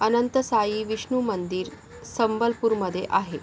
अनंतसाई विष्णू मंदिर संबलपूरमध्ये आहे